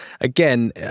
again